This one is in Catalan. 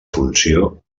funció